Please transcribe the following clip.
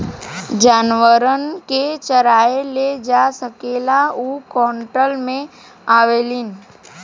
जानवरन के चराए ले जा सकेला उ कैटल मे आवेलीन